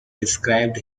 described